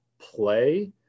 play